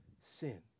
sin